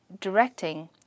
directing